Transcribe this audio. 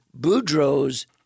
Boudreaux's